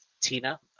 Tina